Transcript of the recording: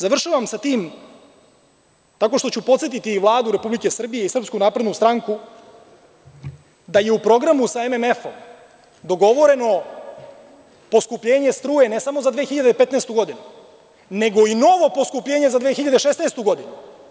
Završavam sa tim tako što ću podsetiti i Vladu Republike Srbije i SNS da je u programu sa MMF-om dogovoreno poskupljenje struje ne samo za 2015. godinu, nego i novo poskupljenje za 2016. godinu.